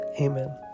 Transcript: Amen